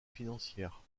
financière